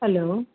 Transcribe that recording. hello